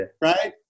right